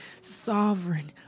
sovereign